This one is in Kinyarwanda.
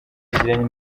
yagiranye